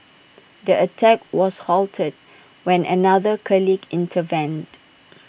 the attack was halted when another colleague intervened